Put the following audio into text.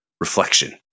reflection